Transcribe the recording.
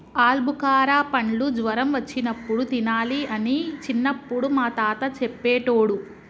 ఆల్బుకార పండ్లు జ్వరం వచ్చినప్పుడు తినాలి అని చిన్నపుడు మా తాత చెప్పేటోడు